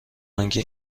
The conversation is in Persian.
آنکه